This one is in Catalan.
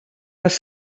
les